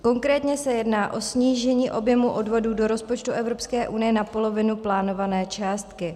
Konkrétně se jedná o snížení objemu odvodů do rozpočtu Evropské unie na polovinu plánované částky.